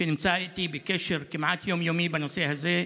שנמצא איתי בקשר כמעט יום-יומי בנושא הזה,